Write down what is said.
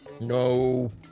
No